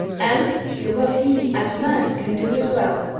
and do what he, as man, can do as well.